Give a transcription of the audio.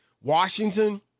Washington